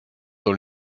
dans